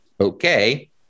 okay